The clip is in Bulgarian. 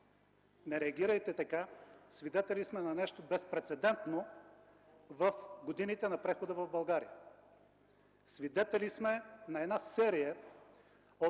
Не реагирайте така. Свидетели сме на нещо безпрецедентно в годините на прехода в България. Свидетели сме на серия от